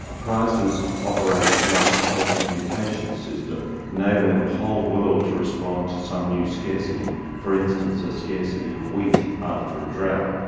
prices operate like a telecommunications system, enabling the whole world to respond to some new scarcity for instance a scarcity of wheat after a drought.